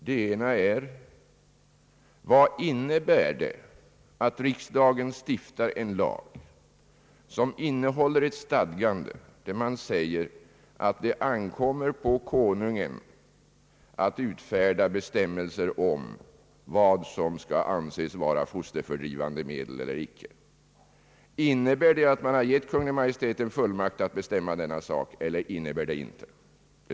Den ena är: Vad innebär det att riskdagen stiftar en lag, som innehåller ett stadgande om att det ankommer på Konungen att utfärda bestämmelser om vad som skall anses vara fosterfördrivande medel eller inte? Innebär det att man har givit Konungen en fullmakt att bestämma i denna sak eller inte?